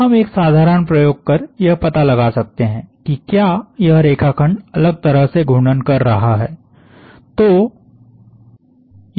हम एक साधारण प्रयोग कर यह पता लगा सकते हैं कि क्या यह रेखाखंड अलग तरह से घूर्णन कर रहा है